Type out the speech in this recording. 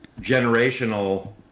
generational